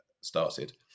started